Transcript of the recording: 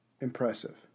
Impressive